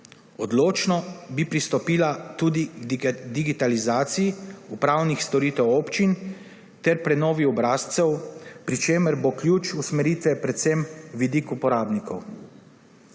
Odločno bi pristopila tudi k digitalizaciji upravnih storitev občin ter prenovi obrazcev, pri čemer bo ključ usmeritve predvsem vidik uporabnikov.